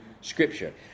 Scripture